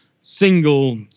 single